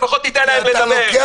לפחות תיתן להם לדבר,